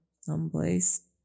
someplace